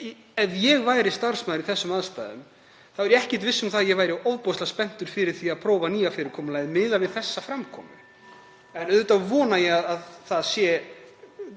ef ég væri starfsmaður í þessum aðstæðum þá er ég ekkert viss um að ég væri ofboðslega spenntur fyrir því að prófa nýja fyrirkomulagið (Forseti hringir.) miðað við þessa framkomu. En auðvitað vona ég að það sé